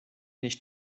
nicht